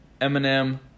Eminem